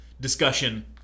discussion